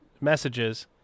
messages